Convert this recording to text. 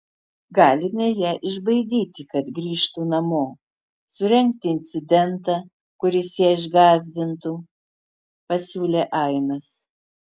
galime ją išbaidyti kad grįžtų namo surengti incidentą kuris ją išgąsdintų pasiūlė ainas